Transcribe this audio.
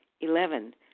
Eleven